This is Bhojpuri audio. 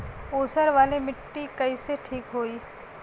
ऊसर वाली मिट्टी कईसे ठीक होई?